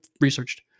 researched